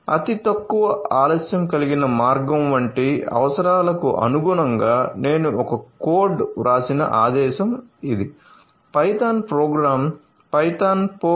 అతి తక్కువ ఆలస్యం కలిగిన మార్గం వంటి అవసరాలకు అనుగుణంగా నేను ఒక కోడ్ వ్రాసిన ఆదేశం ఇది పైథాన్ ప్రోగ్రామ్ "పైథాన్ పోక్స్